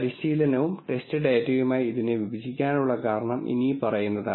പരിശീലനവും ടെസ്റ്റ് ഡാറ്റയുമായി ഇതിനെ വിഭജിക്കാനുള്ള കാരണം ഇനിപ്പറയുന്നതാണ്